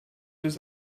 das